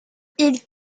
ils